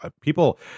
people